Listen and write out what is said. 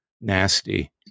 nasty